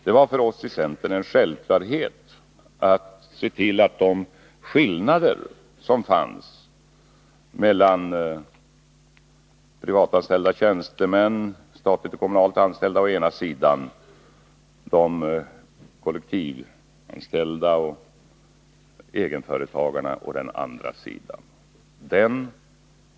Det var för oss i centern en självklarhet att se till att de skillnader som fanns mellan privatanställda tjänstemän och statligt och kommunalt anställda å den ena sidan och kollektivanställda och egenföretagare å den andra sidan togs bort.